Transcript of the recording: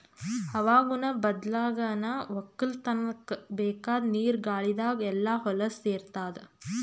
ಹವಾಗುಣ ಬದ್ಲಾಗನಾ ವಕ್ಕಲತನ್ಕ ಬೇಕಾದ್ ನೀರ ಗಾಳಿದಾಗ್ ಎಲ್ಲಾ ಹೊಲಸ್ ಸೇರತಾದ